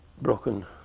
broken